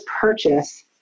purchase